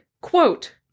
Quote